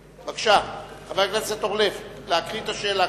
בבקשה, חברת הכנסת חנין,